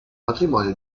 matrimonio